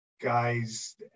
Guys